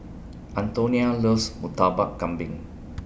Antonina loves Murtabak Kambing